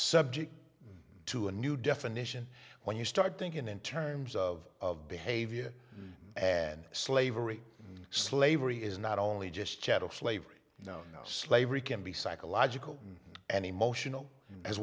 subject to a new definition when you start thinking in terms of behavior and slavery slavery is not only just chattel slavery slavery can be psychological and emotional as